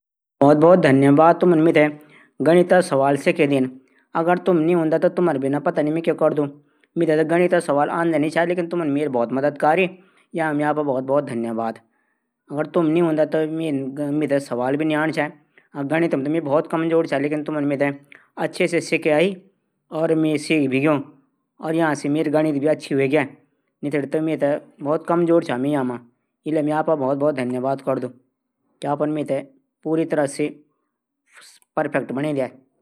सूखा समय मी एक किसान रूप मा अपडी फसल बचौणू उपाय इन कलू की बरखा पाणी थै इक्ट्ठा करलू जैसे कि वे पाणी थे अपडी फसल मा उपयोग कैर सौक सिंचाई तरीका ढुढलू। और इन फसलों चयन करलू जूं मां पाणी जरूरत कम प्लाडली।